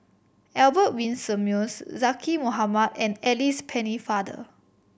Albert Winsemius Zaqy Mohamad and Alice Pennefather